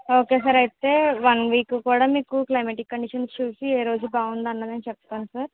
okay sir అయితే one week కూడా climatic conditions చూసి ఏ రోజు బాగుంది అన్నది చెప్తాను సార్